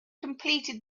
completed